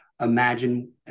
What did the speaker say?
imagine